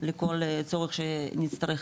לכל צורך שנדרש.